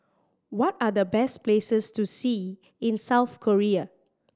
what are the best places to see in South Korea